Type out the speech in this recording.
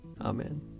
Amen